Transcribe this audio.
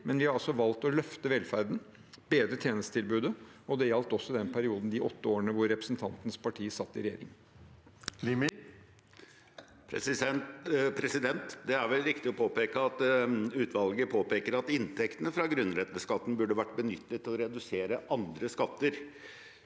men vi har altså valgt å løfte velferden, bedre tjenestetilbudet, og det gjaldt også i den perioden – de åtte årene – representantens parti satt i regjering. Hans Andreas Limi (FrP) Det er vel rik- tig å påpeke at utvalget påpeker at inntektene fra grunnrenteskatten burde vært benyttet til å redusere andre skatter.